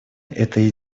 этой